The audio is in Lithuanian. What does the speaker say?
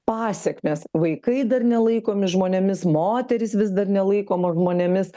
pasekmes vaikai dar nelaikomi žmonėmis moterys vis dar nelaikomos žmonėmis